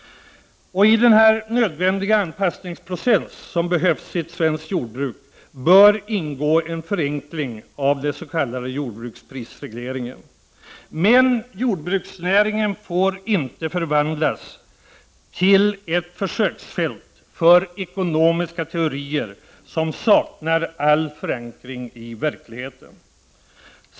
I den nödvändiga anpassningsprocessen i svenskt jordbruk bör ingå en förenkling av den s.k. jordbruksprisregleringen. Men jordbruksnäringen får inte förvandlas till ett försöksfält för ekonomiska teorier som saknar all förankring i verkligheten.